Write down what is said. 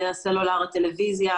הסלולר והטלוויזיה,